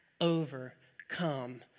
overcome